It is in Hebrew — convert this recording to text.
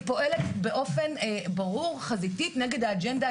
היא פועלת באופן ברור חזיתית נגד האג'נדה